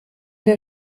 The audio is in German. der